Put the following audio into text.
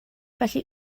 felly